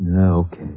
Okay